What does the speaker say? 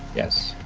yes.